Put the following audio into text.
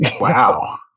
Wow